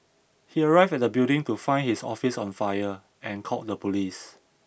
he arrived at the building to find his office on fire and called the police